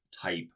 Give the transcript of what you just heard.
type